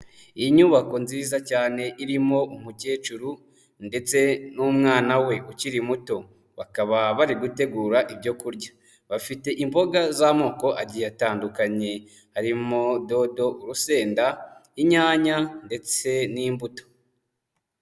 Iyi nyubako nziza cyane irimo umukecuru ndetse n'umwana we ukiri muto. Bakaba bari gutegura ibyo kurya bafite imboga z'amoko agiye atandukanye harimo dodo, urusenda, inyanya ndetse n'imbuto.